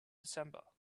december